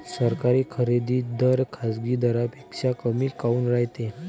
सरकारी खरेदी दर खाजगी दरापेक्षा कमी काऊन रायते?